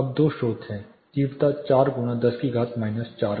अब दो स्रोत हैं तीव्रता 4 10 की घात 4 करें